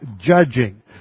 judging